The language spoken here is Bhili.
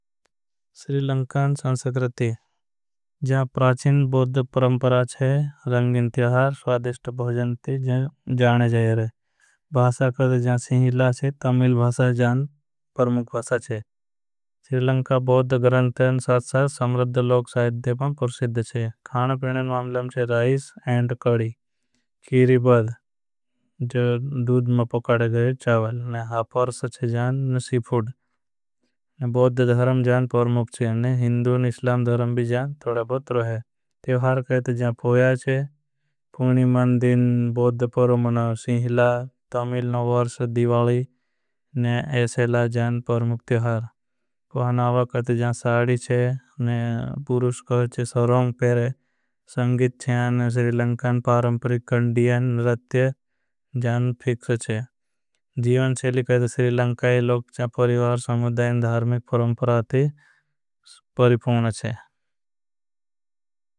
श्री लंका संसक्रति श्री लंका जहाँ प्राचिन बोद्ध परमपरा चे। इंतियहार स्वाधिष्ट भोजन ते जाने जाये रहे। कद जहाँ सिहिला चे तमिल भासा जहाँ परमुक भासा चे बोद्ध। गरंतन साथ साथ सम्रद्ध लोग साहित दे पर पुर्शिद चे पिणन। वामलम चे राइस एंड कड़ी बाद जो दूद में पकाड़े गये चावल। चे जाँ नसी फूड धरम जाँ परमुक चे निष्लाम धरम भी जाँ। तोड़ा पत्र है कहते जाँ पोया चे। पुर्णी मान दिन बोद्ध परमुना। शिंहिला न वर्ष दिवाली एसेला जाँ परमुक तिवहार कहते। जाँ साडी चे आने पुरुष कहवे सब रंग पहरे छे आणि कलड़िया। नृत्य फिक्स छे श्रीलंकाई लोग धार्मिक परम्पराओ ने परिपूर्ण छे।